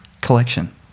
collection